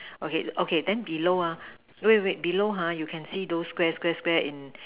okay okay then below ah wait wait below ha you can see those Square Square in